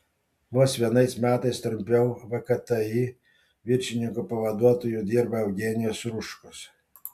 vos vienais metais trumpiau vkti viršininko pavaduotoju dirba eugenijus ruškus